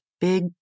big